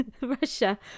Russia